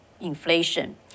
inflation